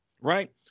Right